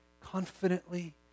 confidently